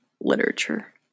literature